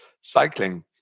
cycling